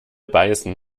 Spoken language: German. beißen